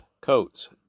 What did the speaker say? coats